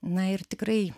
na ir tikrai